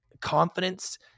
confidence